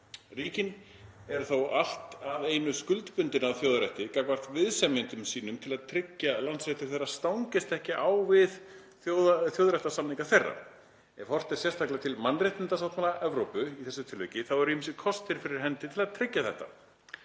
Ríkin eru þó allt að einu skuldbundin að þjóðarétti gagnvart viðsemjendum sínum til að tryggja að landsréttur þeirra stangist ekki á við þjóðréttarsamninga þeirra. Ef horft er sérstaklega til mannréttindasáttmála Evrópu í þessu tilliti eru ýmsir kostir fyrir hendi til að tryggja þetta.